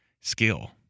skill